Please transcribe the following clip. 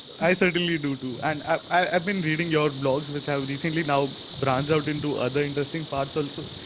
i certainly do too. and i've been reading your blogs, which have recently now branched out into other interesting parts also,